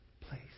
place